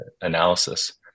analysis